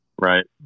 Right